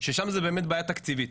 ששם יש בעיה תקציבית.